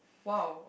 !wow!